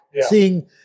seeing